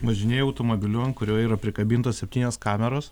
važinėjau automobiliu ant kurio yra prikabintos septynios kameros